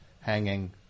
hanging